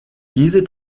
diese